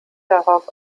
darauf